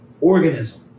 organism